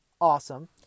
awesome